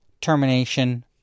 termination